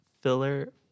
filler